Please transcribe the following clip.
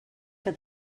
que